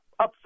upfront